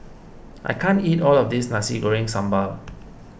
I can't eat all of this Nasi Goreng Sambal